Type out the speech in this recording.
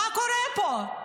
מה קורה פה?